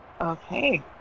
Okay